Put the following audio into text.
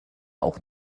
auch